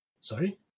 Sorry